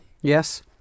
Yes